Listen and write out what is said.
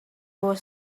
was